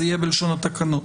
זה יהיה בלשון התקנות.